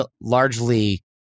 largely